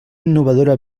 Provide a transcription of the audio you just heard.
innovadora